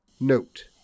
Note